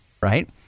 Right